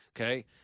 Okay